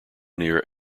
near